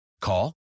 Call